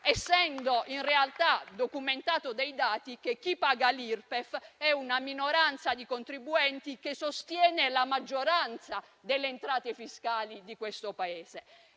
essendo in realtà documentato dai dati che chi paga l'IRPEF è una minoranza di contribuenti che sostiene la maggioranza delle entrate fiscali del Paese.